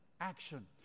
action